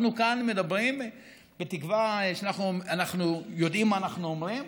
אנחנו כאן מדברים בתקווה שאנחנו יודעים מה אנחנו אומרים,